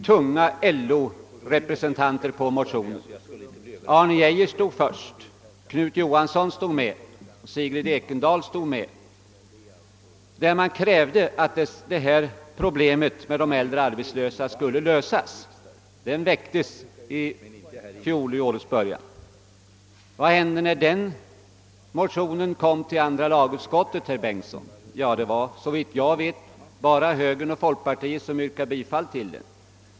Tunga LO-representanter stod bakom motionen: Arne Geijer var första namn, och Knut Johansson och Sigrid Ekendahl fanns med. Motionärerna krävde att problemen för de äldre arbetslösa skulle lösas. Men vad inträffade när motionen kom till andra lagutskottet, herr Bengtsson i Varberg? Jo, det var såvitt jag vet bara högern och folkpartiet som yrkade bifall till den.